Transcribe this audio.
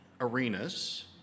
arenas